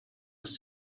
was